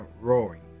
roaring